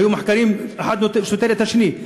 היו מחקרים שהאחד סותר את השני,